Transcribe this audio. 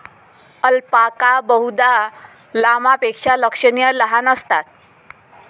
alpaca बहुधा लामापेक्षा लक्षणीय लहान असतात